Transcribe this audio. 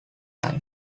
line